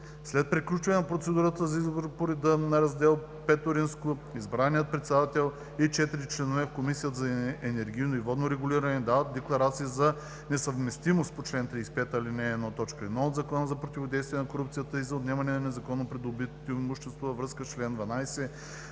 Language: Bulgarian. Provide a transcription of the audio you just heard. След приключване на процедурата за избор по реда на Раздел V избраният председател и четирима членове в Комисията за енергийно и водно регулиране подават декларация за несъвместимост по чл. 35, ал. 1, т. 1 от Закона за противодействие на корупцията и за отнемане на незаконно придобитото имущество във връзка с чл. 12,